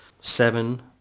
seven